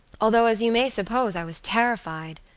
although as you may suppose, i was terrified.